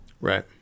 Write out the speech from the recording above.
Right